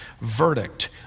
verdict